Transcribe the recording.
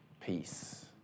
peace